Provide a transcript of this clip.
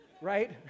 right